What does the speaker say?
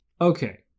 okay